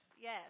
yes